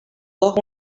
dos